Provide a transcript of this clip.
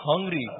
hungry